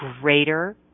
greater